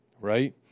right